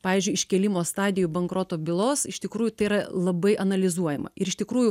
pavyzdžiui iškėlimo stadijoj bankroto bylos iš tikrųjų tai yra labai analizuojama ir iš tikrųjų